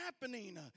happening